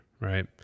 Right